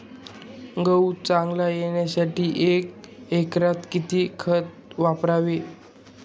गहू चांगला येण्यासाठी एका एकरात किती खत वापरावे?